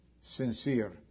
sincere